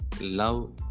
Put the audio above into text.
Love